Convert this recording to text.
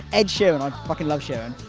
ed sheeran. i fucking love sheeran.